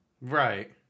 Right